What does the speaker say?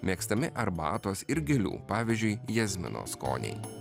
mėgstami arbatos ir gėlių pavyzdžiui jazmino skoniai